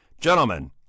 gentlemen